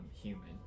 human